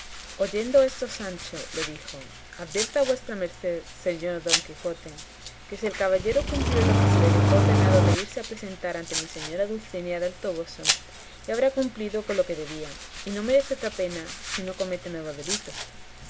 oyendo esto sancho le dijo advierta vuestra merced señor don quijote que si el caballero cumplió lo que se le dejó ordenado de irse a presentar ante mi señora dulcinea del toboso ya habrá cumplido con lo que debía y no merece otra pena si no comete nuevo delito